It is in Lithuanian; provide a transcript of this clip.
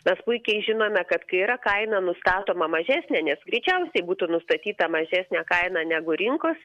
mes puikiai žinome kad kai yra kaina nustatoma mažesnė nes greičiausiai būtų nustatyta mažesnė kaina negu rinkos